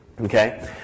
Okay